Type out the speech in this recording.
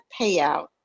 payout